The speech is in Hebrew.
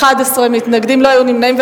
11 מתנגדים, לא היו נמנעים.